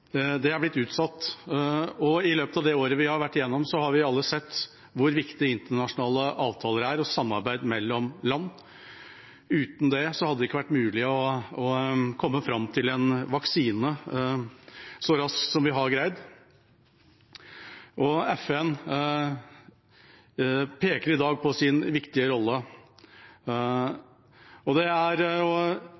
Det er blitt utsatt. I løpet av det året vi har vært igjennom, har vi alle sett hvor viktig samarbeid mellom land og internasjonale avtaler er. Uten det hadde det ikke vært mulig å komme fram til en vaksine så raskt som vi har greid. FN peker i dag på sin viktige rolle,